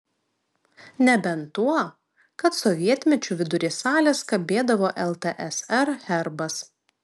nebent tuo kad sovietmečiu vidury salės kabėdavo ltsr herbas